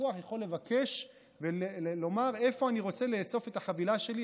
הלקוח יכול לבקש ולומר: איפה אני רוצה לאסוף את החבילה שלי,